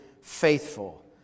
faithful